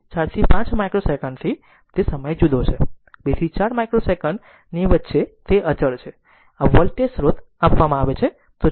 અને ફરીથી 4 થી 5 માઇક્રો સેકંડ થી તે સમય જુદો છે 2 થી 4 માઇક્રો સેકંડ ની વચ્ચે તે અચળ છે આ વોલ્ટેજ સ્રોત આપવામાં આવે છે